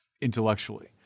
intellectually